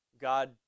God